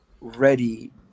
ready